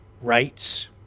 rights